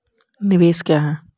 निवेश क्या है?